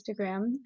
Instagram